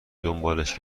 دنبالش